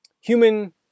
human